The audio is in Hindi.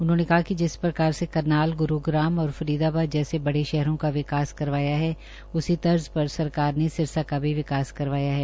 उन्होंने कहा कि जिस प्रकार से करनाल ग्रूग्राम और फरीदाबाद जैसे बड़े शहरों का विकास करवाया है उसी तर्ज पर सरकार ने सिरस का भी विकास करवाया है